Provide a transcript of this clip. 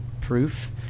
proof